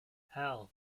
hell